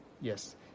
Yes